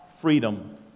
freedom